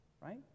right